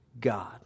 God